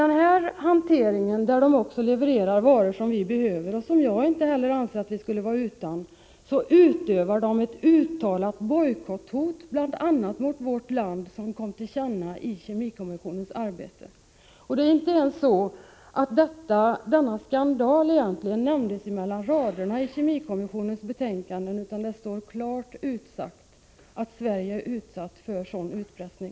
När det gäller varor som vi behöver, och som inte heller jag anser att vi skall vara utan, kommer man med ett uttalat bojkotthot, bl.a. mot vårt land, vilket skedde under kemikommissionens arbete. Skandalen nämns inte mellan raderna i kemikommissionens betänkanden, utan det sägs klart att Sverige blev utsatt för utpressning.